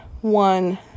one